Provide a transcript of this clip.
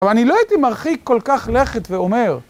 אבל אני לא הייתי מרחיק כל כך לכת ואומר.